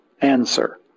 answer